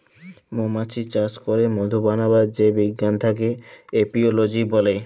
মমাছি চাস ক্যরে মধু বানাবার যে বিজ্ঞান থাক্যে এপিওলোজি ব্যলে